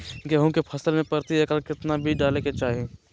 गेहूं के फसल में प्रति एकड़ कितना बीज डाले के चाहि?